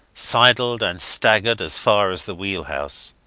sidled and staggered as far as the wheelhouse.